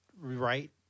right